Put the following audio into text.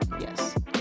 yes